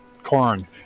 corn